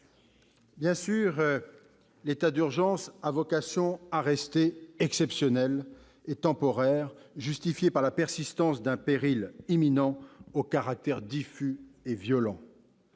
Bien sûr, l'état d'urgence a vocation à rester exceptionnel et temporaire, car il est justifié par la persistance d'un péril imminent au caractère diffus et violent.